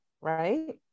right